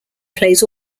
plays